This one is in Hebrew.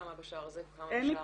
כמה בשער הזה וכמה בשער הזה?